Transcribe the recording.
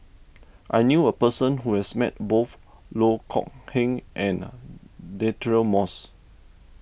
I knew a person who has met both Loh Kok Heng and Deirdre Moss